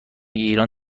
ایران